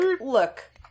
look